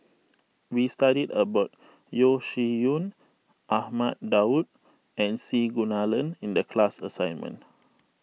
we studied about Yeo Shih Yun Ahmad Daud and C Kunalan in the class assignment